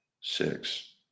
six